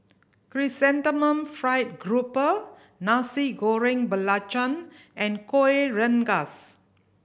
Chrysanthemum Fried Grouper Nasi Goreng Belacan and Kueh Rengas